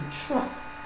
trust